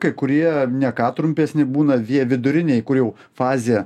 kai kurie ne ką trumpesni būna vie viduriniai kur jau fazėje